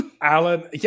Alan